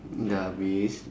dah habis